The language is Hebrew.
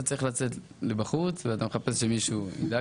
אתה צריך לצאת החוצה ואתה מחפש שמישהו ידאג לך.